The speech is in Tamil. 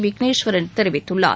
விக்னேஸ்வரன் தெரிவித்துள்ளார்